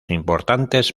importantes